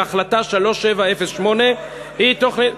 והחלטה 3708 היא תוכנית,